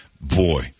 Boy